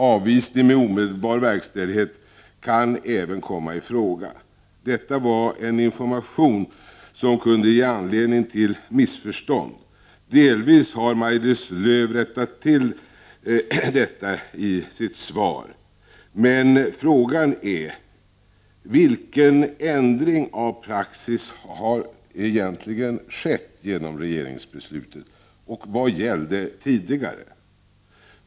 Avvisning med omedelbar verkställighet kan även komma i fråga.” Detta är en information som kan ge upphov till missförstånd. Maj-Lis Lööw har delvis rättat till detta i 33 sitt svar. Frågan kvarstår dock: Vilken ändring av praxis har egentligen skett genom regeringsbeslutet och vad gällde tidigare?